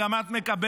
גם את מקבלת,